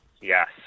Yes